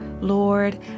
Lord